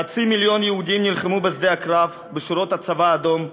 חצי מיליון יהודים נלחמו בשדה הקרב בשורות הצבא האדום,